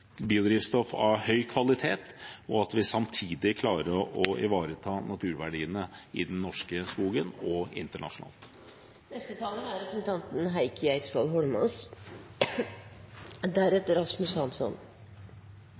biodrivstoff av høy kvalitet, og at vi samtidig klarer å ivareta naturverdiene i den norske skogen og internasjonalt.